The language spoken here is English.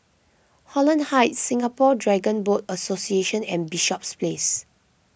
Holland Heights Singapore Dragon Boat Association and Bishops Place